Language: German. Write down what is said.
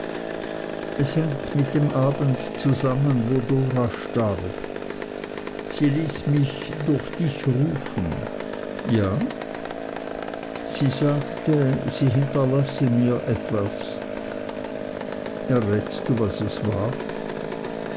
es hängt mit dem abend zusammen wo dora starb sie ließ mich durch dich rufen ja sie sagte sie hinterlasse mir etwas errätst du was es war